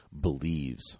believes